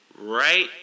right